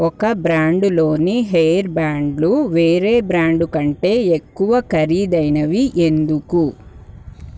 ఒక బ్రాండ్లోని హెయిర్ బ్యాండ్లు వేరే బ్రాండ్ కంటే ఎక్కువ ఖరీదైనవి ఎందుకు